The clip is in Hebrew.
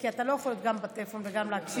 כי אתה לא יכול להיות גם בטלפון וגם להקשיב.